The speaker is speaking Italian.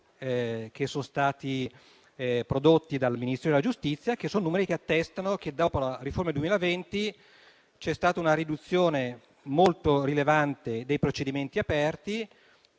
che sono stati prodotti dal Ministero della giustizia, che attestano che dopo la riforma del 2020 ci sono state una riduzione molto rilevante dei procedimenti aperti